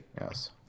Yes